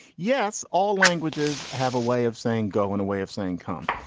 yes all languages have a way of saying go in a way of saying, come,